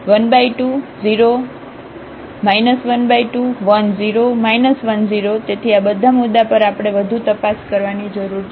તેથી આ બધા મુદ્દા પર આપણે વધુ તપાસ કરવાની જરૂર છે